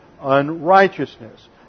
unrighteousness